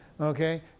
Okay